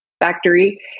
factory